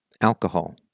alcohol